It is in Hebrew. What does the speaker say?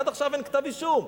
עד עכשיו אין כתב אישום,